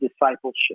discipleship